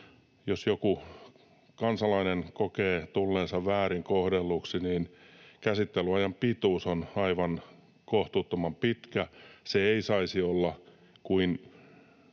joku kansalainen kokee tulleensa väärin kohdelluksi, niin käsittelyajan pituus on aivan kohtuuttoman pitkä. Se ei saisi olla kuin,